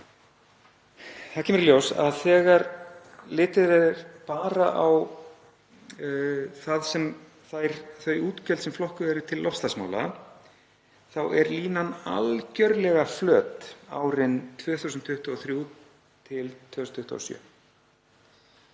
Það kemur í ljós að þegar litið er bara á þau útgjöld sem flokkuð eru til loftslagsmála þá er línan algerlega flöt árin 2023–2027.